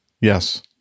yes